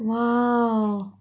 !wow!